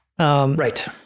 Right